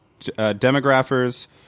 Demographers